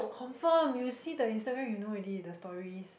confirm you see the Instagram you know already the stories